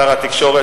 שר התקשורת.